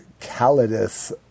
Calidus